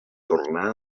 tornà